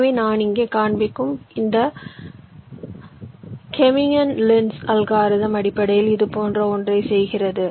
எனவே நான் இங்கே காண்பிக்கும் இந்த கெமிகன் லின்ஸ் வழிமுறை அடிப்படையில் இதுபோன்ற ஒன்றைச் செய்கிறது